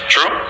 True